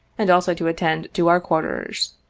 and also to attend to our quarters.